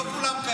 לא כולם כאלה.